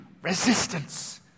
Resistance